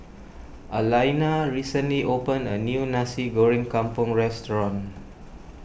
Alaina recently opened a new Nasi Goreng Kampung restaurant